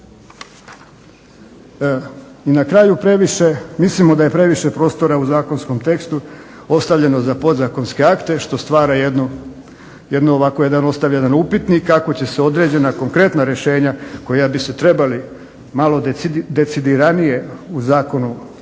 I na kraju, previše, mislimo da je previše prostora u zakonskom tekstu ostavljeno za podzakonske akte što stvara jednu, ostavlja jedan upitnik kako će se određena konkretna rješenja koja bi se trebali malo decidiranije u zakonu